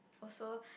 also